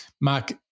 Mark